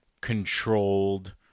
controlled